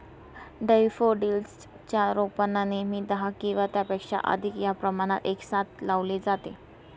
daffodils च्या रोपांना नेहमी दहा किंवा त्यापेक्षा अधिक या प्रमाणात एकसाथ लावले जाते